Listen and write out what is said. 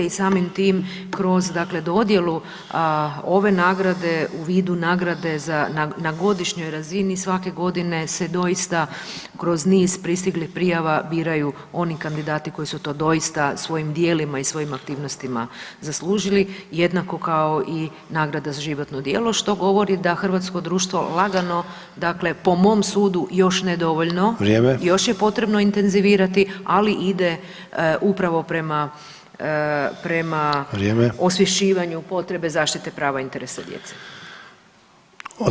I samim tim kroz, dakle dodjelu ove nagrade u vidu nagrade za, na godišnjoj razini svake godine se doista kroz niz pristiglih prijava biraju oni kandidati koji su to doista svojim djelima i svojim aktivnostima zaslužili jednako kao i nagrada za životno djelo što govori da Hrvatsko društvo lagano, dakle po mom sudu još ne dovoljno [[Upadica Sanader: Vrijeme.]] još je potrebno intenzivirati, ali ide upravo prema osvješćivanju potrebe zaštite prava interesa djece.